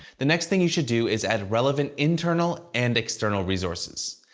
the next thing you should do is add relevant internal and external resources.